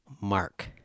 mark